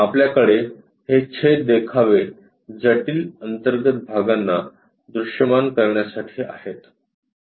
आपल्याकडे हे छेद देखावे जटिल अंतर्गत भागांना दृश्यमान करण्यासाठी आहेत